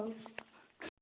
ꯑꯧ